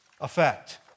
effect